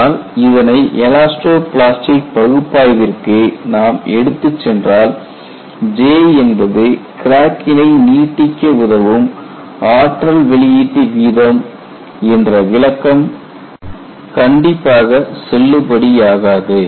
ஆனால் இதனை elasto plastic பகுப்பாய்விற்கு நாம் எடுத்துச் சென்றால் J என்பது கிராக்கினை நீட்டிக்க உதவும் ஆற்றல் வெளியீட்டு வீதம் என்ற விளக்கம் கண்டிப்பாக செல்லுபடியாகாது